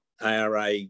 ARA